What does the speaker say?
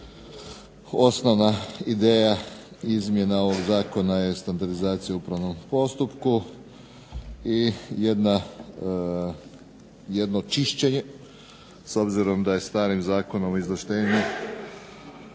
osnovna ideja izmjena ovog zakona je standardizacija u upravnom postupku i jedno čišćenje s obzirom da je starim Zakonom o izvlaštenju